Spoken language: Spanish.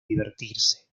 divertirse